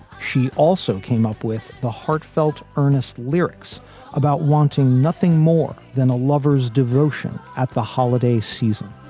she also came up with the heartfelt, earnest lyrics about wanting nothing more than a lover's devotion at the holiday season.